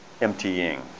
emptying